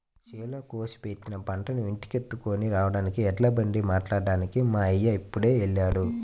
చేలో కోసి పెట్టిన పంటని ఇంటికెత్తుకొని రాడానికి ఎడ్లబండి మాట్లాడ్డానికి మా అయ్య ఇప్పుడే వెళ్ళాడు